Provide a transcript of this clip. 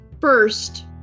first